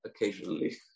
occasionally